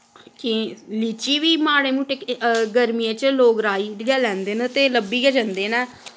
केईं लीची ही माढ़े मुट्टे गर्मियें च लोक राई गै लैंदे न ते लब्भी गै जंदे न